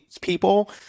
people